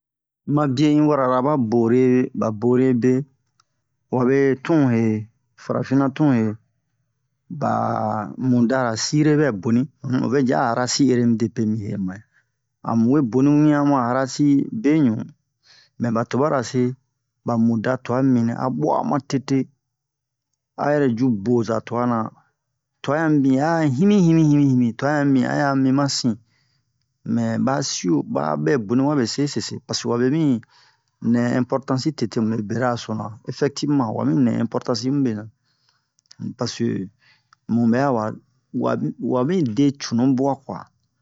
ma bie un wara la ba bore ba bore be wabe tun he farafina tun ye ba mudara sire bɛ boni o vɛ ji a rasi ere midepe mi he yɛmu amu we boni mu wian ma'a rasi beɲu mɛ ba tubara se ba muda tua mibin a bua'a ma tete a yɛrɛ ju boza tuana tua yan mibin a'a himi-himi himi tua yan mibin a yan mi ma sin mɛ ba si wo ba bɛ boni wabe se sese paseke wabe mi nɛ inportansi tete mube bera so na efɛktifma wa mi nɛ inportansi mube na paseke mu bɛ'a wa wa wami de cunu bua kwa